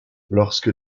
lorsque